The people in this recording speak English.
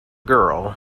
girl